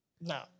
No